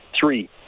three